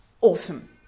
awesome